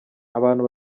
abantu